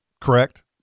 correct